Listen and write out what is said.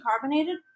carbonated